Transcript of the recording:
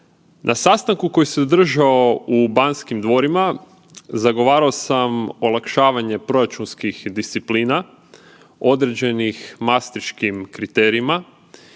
Na sastanku koji se održao u Banskim dvorima zagovarao sam olakšavanje proračunskih disciplina određenih masterškim kriterijima